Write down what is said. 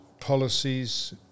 policies